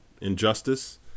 injustice